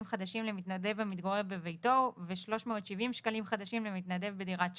חדשים למתנדב המתגורר בביתו ו-370 שקלים חדשים למתנדב בדירת שירות,